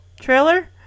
trailer